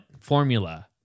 Formula